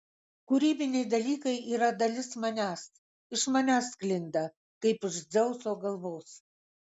kūrybiniai dalykai yra dalis manęs iš manęs sklinda kaip iš dzeuso galvos